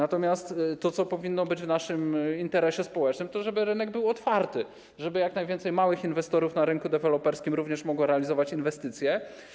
A powinno być w naszym interesie społecznym to, żeby rynek był otwarty, żeby jak najwięcej małych inwestorów na rynku deweloperskim również mogło realizować inwestycje.